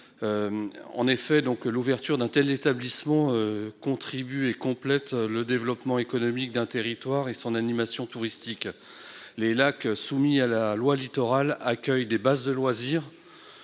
En effet, donc l'ouverture d'un tel établissement contribuer complète le développement économique d'un territoire et son animation touristique. Les lacs soumis à la loi littoral accueillent des bases de loisirs.